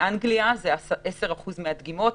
באנגליה זה 10% מהדגימות,